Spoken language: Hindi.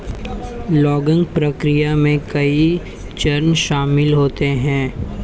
लॉगिंग प्रक्रिया में कई चरण शामिल होते है